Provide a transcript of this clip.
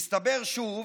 מסתבר שוב